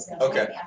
Okay